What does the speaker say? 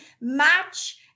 match